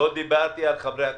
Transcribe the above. לא דברתי על חברי הכנסת,